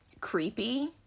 creepy